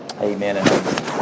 amen